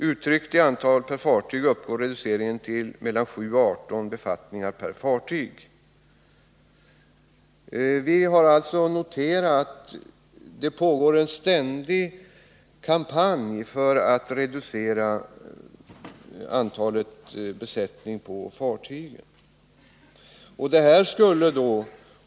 Uttryckt i antal per fartyg uppgår reduceringen till 7-18 befattningar per fartyg.” Vi har noterat att det pågår en ständig kampanj för att reducera besättningen på fartygen.